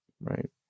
right